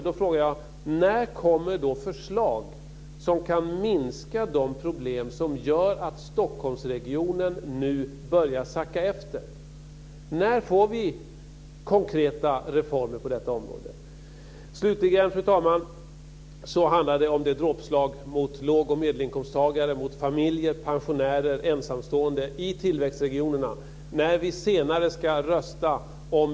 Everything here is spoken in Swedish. Då frågar jag: När kommer förslag som kan minska de problem som gör att Stockholmsregionen nu börjar sacka efter? När får vi konkreta reformer på detta område? Fru talman! Slutligen handlar det om ert dråpslag mot låg och medelinkomsttagare, mot familjer, pensionärer och ensamstående i tillväxtregionerna, som vi senare ska rösta om.